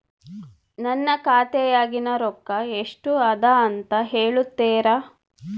ನನ್ನ ಖಾತೆಯಾಗಿನ ರೊಕ್ಕ ಎಷ್ಟು ಅದಾ ಅಂತಾ ಹೇಳುತ್ತೇರಾ?